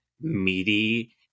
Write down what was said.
meaty